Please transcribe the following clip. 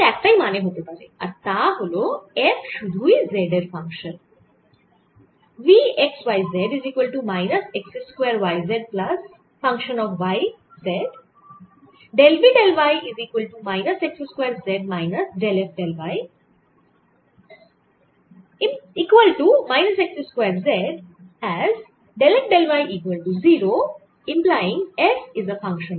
এর একটাই মানে হতে পারে আর তা হল F সুধুই z এর ফাংশান